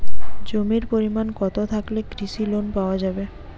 জমির পরিমাণ কতো থাকলে কৃষি লোন পাওয়া যাবে?